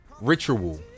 ritual